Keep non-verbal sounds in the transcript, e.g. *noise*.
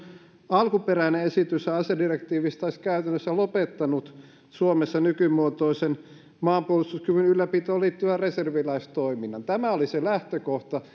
alkuperäinen esitys asedirektiivistä olisi käytännössä lopettanut suomessa nykymuotoisen maanpuolustuskyvyn ylläpitoon liittyvän reserviläistoiminnan tämä oli se lähtökohta *unintelligible*